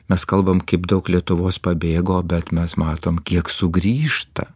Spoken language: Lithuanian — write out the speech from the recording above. mes kalbam kaip daug lietuvos pabėgo bet mes matom kiek sugrįžta